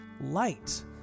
light